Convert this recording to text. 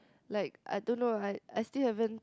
like I don't know I I still haven't